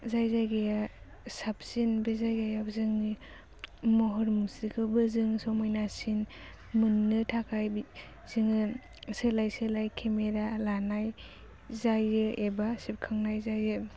जाय जायगाया साबसिन बे जायगायाव जोंनि महर मुस्रिखौबो जों समायनासिन मोननो थाखाय जोङो सोलाय सोलाय केमेरा लानाय जायो एबा सेबखांनाय जायो